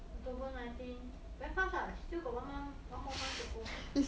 october nineteen very fast what still got one more month to go